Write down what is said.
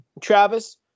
Travis